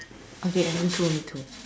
okay me too me too